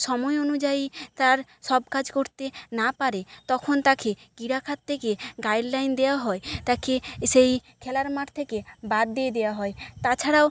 সময় অনুযায়ী তার সব কাজ করতে না পারে তখন তাকে ক্রীড়া খাত থেকে গাইডলাইন দেওয়া হয় তাকে সেই খেলার মাঠ থেকে বাদ দিয়ে দেওয়া হয় তাছাড়াও